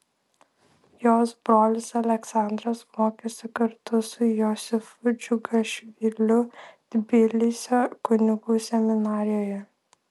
jos brolis aleksandras mokėsi kartu su josifu džiugašviliu tbilisio kunigų seminarijoje